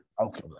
Okay